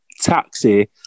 Taxi